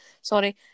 Sorry